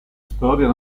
storia